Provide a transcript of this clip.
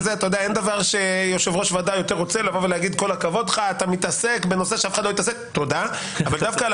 אין דבר שיושב-ראש ועדה רוצה יותר תודה אבל דווקא על